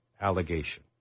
allegation